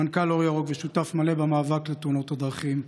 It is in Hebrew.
מנכ"ל אור ירוק ושותף מלא למאבק בתאונות הדרכים,